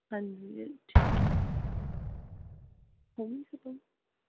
हां जी एह् ठीक ऐ